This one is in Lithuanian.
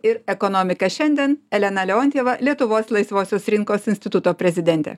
ir ekonomika šiandien elena leontjeva lietuvos laisvosios rinkos instituto prezidentė